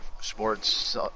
sports